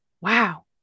wow